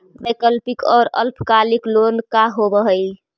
वैकल्पिक और अल्पकालिक लोन का होव हइ?